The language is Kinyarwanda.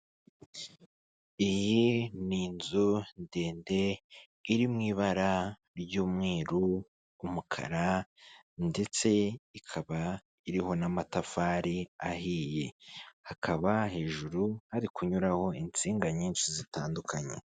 Iyi ni inzu ndende iri mu ibara ry'umweru, umukara ndetse ikaba iriho n'amatafari ahiye, hakaba hejuru hari kunyuraho insinga nyinshi zitandukanye.